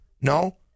No